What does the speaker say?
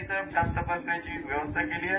इथं स्वॅब तपासण्याची व्यवस्था केली आहे